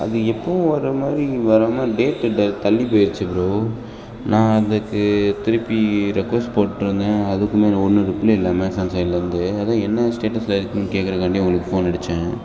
அது எப்போதும் வர மாதிரி வராமல் டேட்டு ட தள்ளிப் போயிடுச்சு ப்ரோ நான் அதுக்கு திருப்பி ரெக்வஸ்ட் போட்டிருந்தேன் அதுக்குமே ஒன்றும் ரிப்ளே இல்லை அமேசான் சைட்லேருந்து அதுதான் என்ன ஸ்டேட்டஸில் இருக்குதுன்னு கேட்குறக்காண்டி உங்களுக்கு ஃபோன் அடித்தேன்